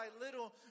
little